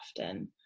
often